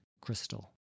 crystal